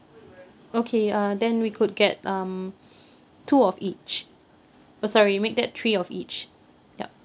okay uh then we could get um two of each oh sorry make that three of each yup